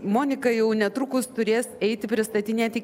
monika jau netrukus turės eiti pristatinėti